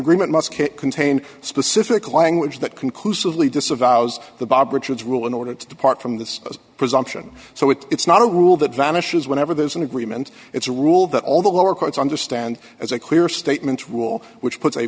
agreement must contain specific language that conclusively disavows the bob richards rule in order to depart from this presumption so it's not a rule that vanishes whenever there's an agreement it's a rule that all the lower courts understand as a clear statements rule which puts a